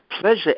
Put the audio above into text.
pleasure